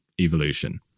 evolution